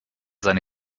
seine